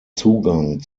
zugang